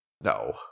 No